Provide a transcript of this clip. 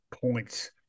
points